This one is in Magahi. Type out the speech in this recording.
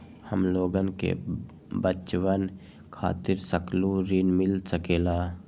हमलोगन के बचवन खातीर सकलू ऋण मिल सकेला?